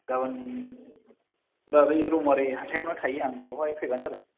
गाबोन होनबा बै रौमारि हाथायावनो थायो आं बेयावहाय फैबानो जाबाय